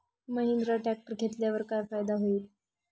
Mahindra tractor घेतल्यावर काय फायदा होईल?